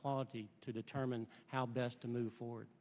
quality to determine how best to move forward